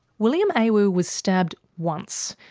william awu was stabbed once.